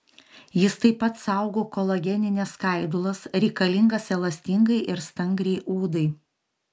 jis taip pat saugo kolagenines skaidulas reikalingas elastingai ir stangriai odai